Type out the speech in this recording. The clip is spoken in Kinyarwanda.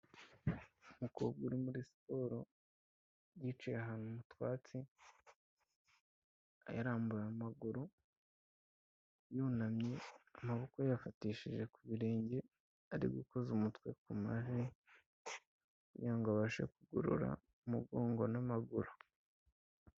Umukobwa uri muri siporo yicaye ahantu mu twatsi, yarambuye amaguru, yunamye amaboko ayafatishije ku birenge, ari gukoza umutwe ku mavi kugira ngo abashe kugorora umugongo n'amaguru.